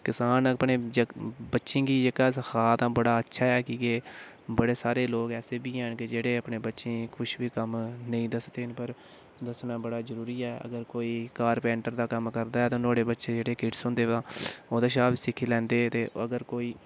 किसान अपने बच्चें गी जेह्का सखा दा बड़ा अच्छा ऐ कि के बड़े सारे लोक ऐसे बी हैन कि जेह्ड़े अपने बच्चें गी कुछ बी कम्म नेईं दसदे न पर दस्सना बड़ा जरूरी ऐ अगर कोई कारपैंटर दा कम्म करदा ऐ ते नुआढ़े बच्चे जेह्ड़े किड्स होंदे तां ओह्दे शा बी सिक्खी लैंदे ते अगर कोई